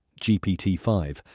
GPT-5